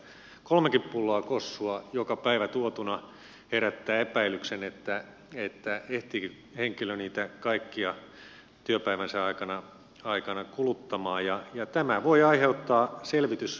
kolmekin pulloa kossua joka päivä tuotuna herättää epäilyksen ehtiikö henkilö niitä kaikkia työpäivänsä aikana kuluttamaan ja tämä voi aiheuttaa selvitysvelvollisuuden